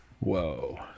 Whoa